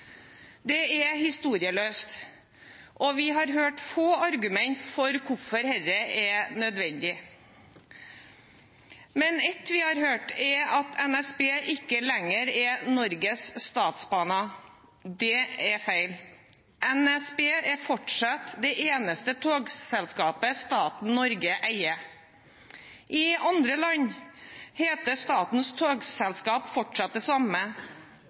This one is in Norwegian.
har hørt få argumenter for hvorfor dette er nødvendig, men ett vi har hørt, er at NSB ikke lenger er Norges Statsbaner. Det er feil. NSB er fortsatt det eneste togselskapet staten Norge eier. I andre land heter statens togselskap fortsatt det samme.